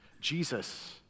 Jesus